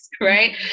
right